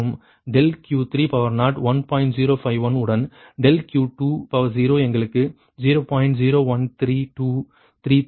051 உடன் ∆Q20 எங்களுக்கு 0